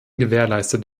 gewährleistet